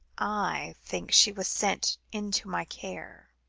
i think she was sent into my care.